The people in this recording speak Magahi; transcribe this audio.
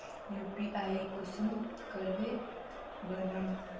यु.पी.आई कुंसम करे बनाम?